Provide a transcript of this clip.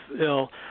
ill